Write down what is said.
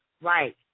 right